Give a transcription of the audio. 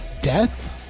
death